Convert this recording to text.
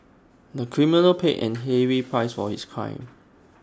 the criminal paid A heavy price for his crime